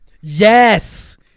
Yes